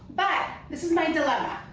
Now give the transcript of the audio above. but, this is my dilemma.